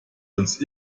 uns